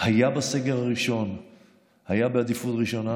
היה בסגר הראשון בעדיפות ראשונה.